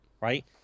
Right